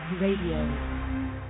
Radio